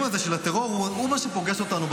בדרך כלל כשאני מדבר הוא יוצא החוצה,